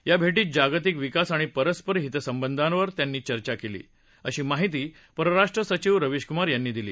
या भेटीत जागतिक विकास आणि परस्पर हितसंबधावर त्यांनी चर्चा केली अशी माहिती परराष्ट्रीय सचिव रवीश कुमार यांनी दिली